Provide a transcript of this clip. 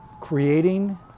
creating